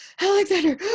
Alexander